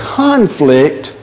conflict